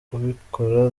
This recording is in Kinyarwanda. ubikora